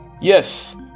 Yes